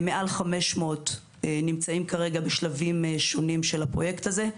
מעל 500 נמצאים כרגע בשלבים שונים של הפרויקט הזה.